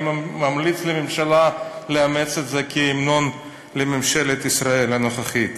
אני ממליץ לממשלה לאמץ אותו כהמנון לממשלת ישראל הנוכחית.